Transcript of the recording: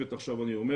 האופרטיבית אני אומר,